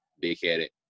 big-headed